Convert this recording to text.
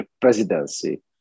presidency